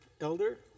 elder